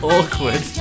Awkward